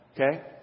Okay